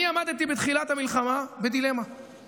אני עמדתי בתחילת המלחמה בדילמה,